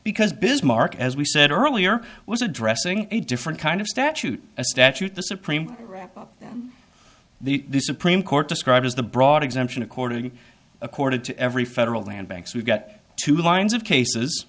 because bismarck as we said earlier was addressing a different kind of statute a statute the supreme the supreme court described as the broad exemption according accorded to every federal land banks we've got two lines of cases